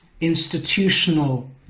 institutional